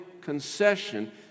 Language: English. concession